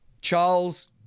charles